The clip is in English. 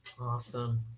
Awesome